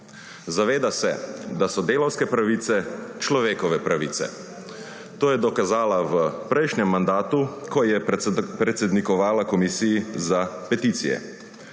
Zaveda se, da so delavske pravice človekove pravice. To je dokazala v prejšnjem mandatu, ko je predsednikovala komisiji za peticije,